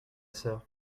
sœur